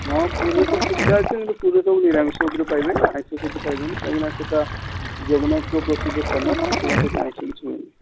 ହଁ ପୁରୀରେ ସବୁ ସୁବିଧା ଅଛି କିନ୍ତୁ ପୁରୀରେ ସବୁ ନିରାମିଷ ଉପରେ ପାଇବେ ଆଇଁଷ ସେଠି ପାଇବେନି କାରଣ ସେଟା ଜଗନ୍ନାଥଙ୍କ ପ୍ରସିଦ୍ଧ ସ୍ଥାନ ସେଥିପାଇଁ ସେଠି ଆଇଁଷ କିଛି ହୁଏନି